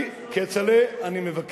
אמר לי: כצל'ה, אני מבקש,